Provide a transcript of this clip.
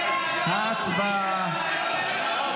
הצבעה.